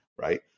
right